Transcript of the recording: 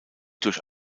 durch